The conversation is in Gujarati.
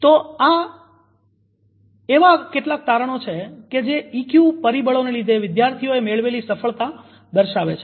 તો આ એવા કેટલાક તારણો છે કે જે ઈક્યુ પરિબળોનાં લીધે વિદ્યાર્થીઓએ મેળવેલી સફળતા દર્શાવે છે